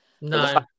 no